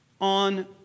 on